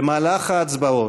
במהלך ההצבעות,